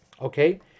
Okay